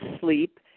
sleep